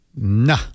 Nah